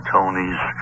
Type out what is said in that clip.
Tony's